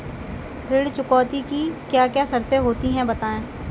ऋण चुकौती की क्या क्या शर्तें होती हैं बताएँ?